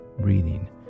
breathing